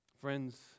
Friends